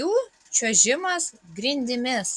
jų čiuožimas grindimis